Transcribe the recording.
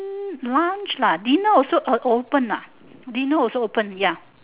lunch lah dinner also open ah dinner also open ya